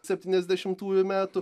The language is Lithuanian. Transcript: septyniasdešimtųjų metų